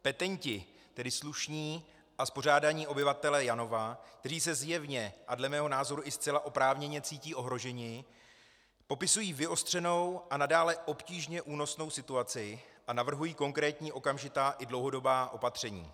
Petenti, tedy slušní a spořádaní obyvatelé Janova, kteří se zjevně a dle mého názoru i zcela oprávněně cítí ohroženi, popisují vyostřenou a nadále obtížně únosnou situaci a navrhují konkrétní okamžitá i dlouhodobá opatření.